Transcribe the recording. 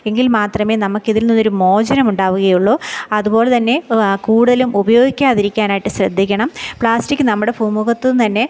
എങ്കില് മാത്രമേ നമ്മൾക്ക് ഇതില് നിന്നൊരു മോചനം ഉണ്ടാവുകയുള്ളു അതുപോലെതന്നെ കൂടുതലും ഉപയോഗിക്കാതിരിക്കാനായിട്ട് ശ്രദ്ധിക്കണം പ്ലാസ്റ്റിക്ക് നമ്മുടെ ഭൂമുഖത്തു നിന്ന് തന്നെ